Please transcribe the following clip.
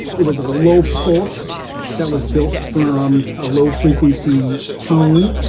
it was a low pulse that was built from a low frequency tone,